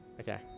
Okay